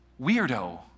weirdo